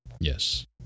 Yes